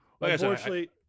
unfortunately